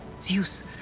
Zeus